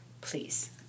Please